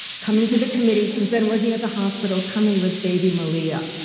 coming to the committee. she was then working at the hospital. coming with baby malia,